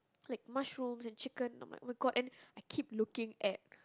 like mushrooms and chicken not oh my my god and I keep looking at